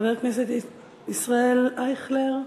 חבר הכנסת ישראל אייכלר.